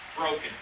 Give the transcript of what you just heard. broken